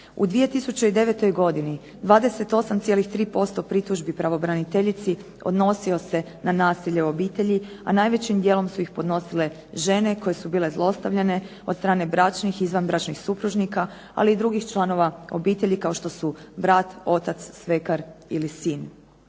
U 2009. godini 28,3% pritužbi pravobraniteljici odnosio se na nasilje u obitelji, a najvećim dijelom su ih podnosile žene koje su bile zlostavljane od strane bračnih i izvanbračnih supružnika, ali i drugih članova obitelji, kao što su brat, otac, svekar ili sin.